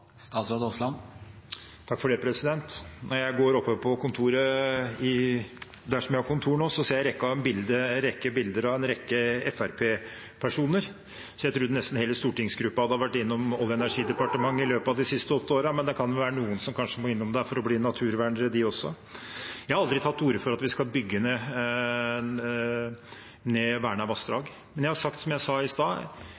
Når jeg går opp på kontoret der jeg har kontor nå, ser jeg en rekke bilder av Fremskrittsparti-personer, så jeg trodde nesten hele stortingsgruppen hadde vært innom Olje- og energidepartementet i løpet av de siste åtte årene. Men det kan jo være noen som kanskje må innom der for å bli naturvernere, de også. Jeg har aldri tatt til orde for at vi skal bygge ned